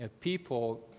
people